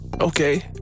Okay